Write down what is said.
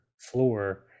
floor